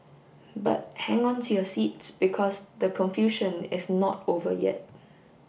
but hang on to your seats because the confusion is not over yet